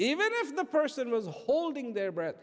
even if the person was a holding their breath